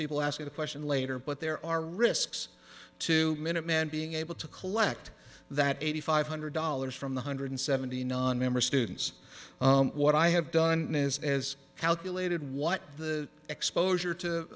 people ask a question later but there are risks to minute man being able to collect that eighty five hundred dollars from the hundred seventy nonmember students what i have done is as calculated what the exposure to